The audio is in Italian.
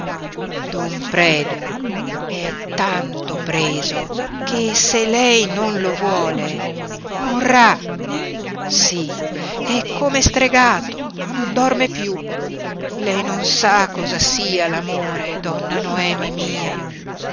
don predu è tanto preso che se lei non lo vuole morrà sí è come stregato non dorme piú lei non sa cosa sia l'amore donna noemi mia